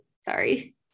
sorry